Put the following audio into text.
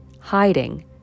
hiding